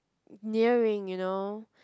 nearing you know